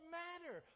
matter